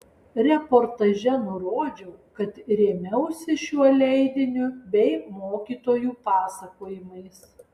reportaže nurodžiau kad rėmiausi šiuo leidiniu bei mokytojų pasakojimais